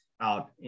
out